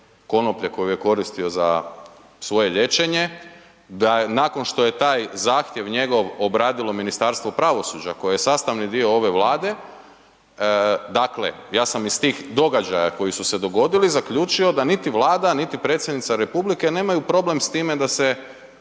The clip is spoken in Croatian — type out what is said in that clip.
konoplje koju je koristio za svoje liječenje, nakon što je taj zahtjev njegov obradilo Ministarstvo pravosuđa koje je sastavni dio ove Vlade, dakle, ja sam iz tih događaja koji su se dogodili, zaključio da niti Vlada, niti predsjednica RH, nemaju problem s time da se